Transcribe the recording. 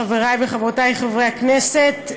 חברי וחברותי חברי הכנסת,